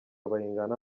bayingana